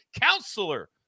counselor